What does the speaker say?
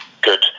good